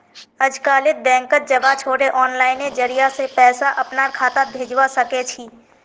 अजकालित बैंकत जबा छोरे आनलाइनेर जरिय स पैसा अपनार खातात भेजवा सके छी